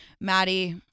Maddie